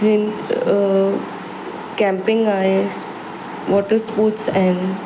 हिन कैंपिंग आहे waters sports आहिनि